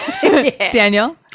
Daniel